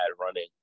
running